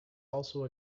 also